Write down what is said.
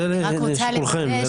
זה לשיקולכם.